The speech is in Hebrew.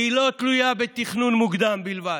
היא לא תלויה בתכנון מוקדם בלבד.